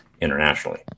internationally